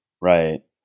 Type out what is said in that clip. right